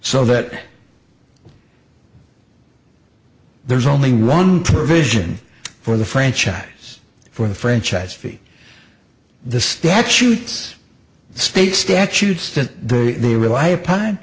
so that there's only one provision for the franchise for the franchise fee the statutes state statutes that they rely upon